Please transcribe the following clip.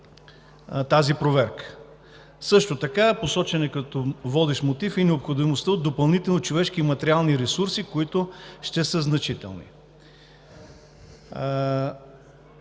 тази проверка. Също така като водещ мотив е посочена и необходимостта от допълнителни човешки и материални ресурси, които ще са значителни.